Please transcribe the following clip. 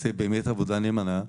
עושה באמת עבודה נאמנה.